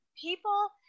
people